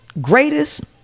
greatest